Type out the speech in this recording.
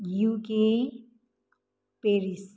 UK Paris